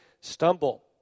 stumble